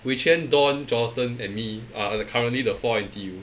wei quan don johnathan and me are the currently the four N_T_U